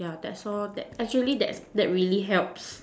ya that's all that actually that's that really help